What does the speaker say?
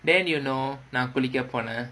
then you know நான் குளிக்க போனேன்:naan kulikka ponaen